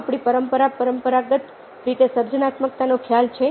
શું આપણી પરંપરામાં પરંપરાગત રીતે સર્જનાત્મકતાનો ખ્યાલ છે